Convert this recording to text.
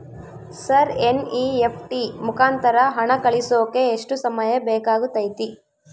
Sir NEFT ಮುಖಾಂತರ ಹಣ ಕಳಿಸೋಕೆ ಎಷ್ಟು ಸಮಯ ಬೇಕಾಗುತೈತಿ?